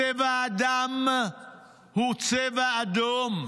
צבע הדם הוא צבע אדום.